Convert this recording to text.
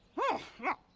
well yeah!